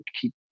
keep